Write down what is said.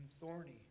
thorny